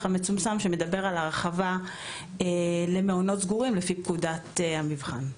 המצומצם שמדבר על הרחבה למעונות סגורים לפי פקודת המבחן.